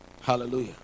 Hallelujah